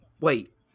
Wait